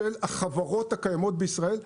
של החברות הקיימות בישראל,